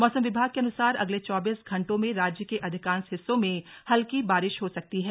मौसम विभाग के अनुसार अगले चौबीस घण्टों में राज्य के अधिकांश हिस्सों में हल्की बारिश हो सकती है